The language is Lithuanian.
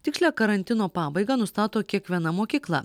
tikslią karantino pabaigą nustato kiekviena mokykla